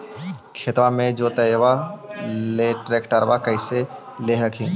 खेतबा के जोतयबा ले ट्रैक्टरबा कैसे ले हखिन?